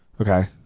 Okay